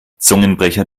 zungenbrecher